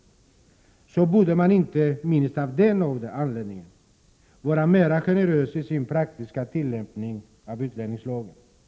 1987/88:132 minst av just den anledningen, vara mer generös i sin praktiska tillämpning av 2 juni 1988 utlänningslagen.